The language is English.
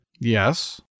Yes